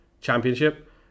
championship